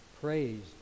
praised